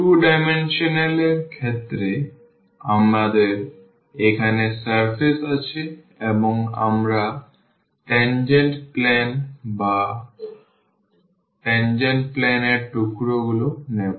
2 dimensional এর ক্ষেত্রে আমাদের এখানে সারফেস আছে এবং আমরা tangent plane বা tangent plane এর টুকরো গুলো নেব